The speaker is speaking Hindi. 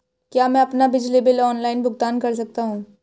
क्या मैं अपना बिजली बिल ऑनलाइन भुगतान कर सकता हूँ?